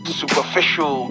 superficial